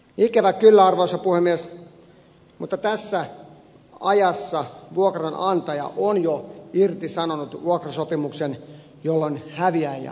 ikävä kyllä arvoisa puhemies tässä ajassa vuokranantaja on jo irtisanonut vuokrasopimuksen jolloin häviäjiä on kaksi